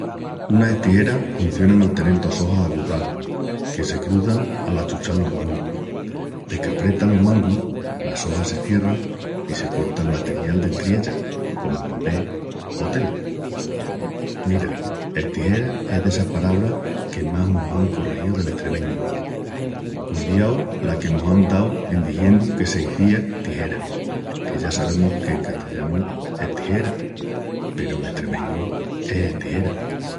Unas estijeras huncionan al tenel dos ojas aguzás que se cruzan al achuchal los mangus. Deque apretas los mangus, las ojas se cierran i cortan el material dentri ellas, comu papel o tela. Mira, estijeras es d'essas palabras que más mos án corregíu del estremeñu. Cudiau la que mos án dau en dixendu que s'izía tijera. Que ya sabemus que en castillanu es tijera peru en estremeñu es estijeras.